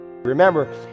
Remember